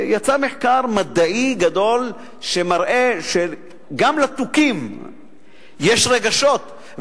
יצא מחקר מדעי גדול שמראה שגם לתוכים יש רגשות,